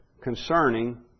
concerning